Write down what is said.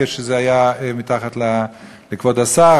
כשזה היה מתחת לכבוד השר,